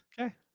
Okay